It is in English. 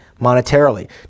monetarily